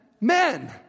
men